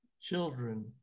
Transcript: children